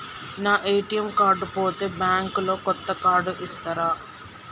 నా ATM card పోతే bank లో కొత్త కార్డు ఇస్తరా?